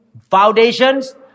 foundations